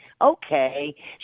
okay